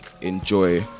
enjoy